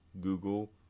Google